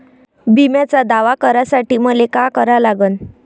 बिम्याचा दावा करा साठी मले का करा लागन?